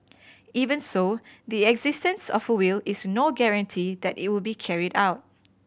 even so the existence of a will is no guarantee that it will be carried out